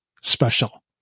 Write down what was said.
special